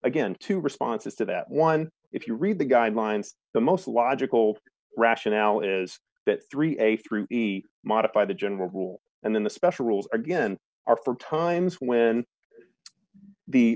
again two responses to that one if you read the guidelines the most logical rationale is that three a three d modify the general rule and then the special rules again are for times when the